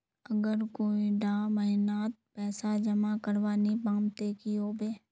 अगर कोई डा महीनात पैसा जमा करवा नी पाम ते की होबे?